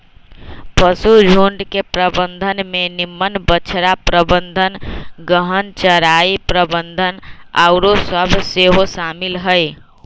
पशुझुण्ड के प्रबंधन में निम्मन बछड़ा प्रबंधन, गहन चराई प्रबन्धन आउरो सभ सेहो शामिल हइ